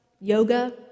yoga